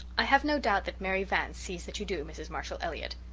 i have no doubt that mary vance sees that you do, mrs. marshall elliott,